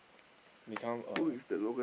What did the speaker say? become a